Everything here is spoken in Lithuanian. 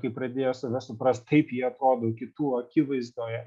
kai pradėjo save suprast kaip jie atrodo kitų akivaizdoje